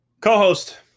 co-host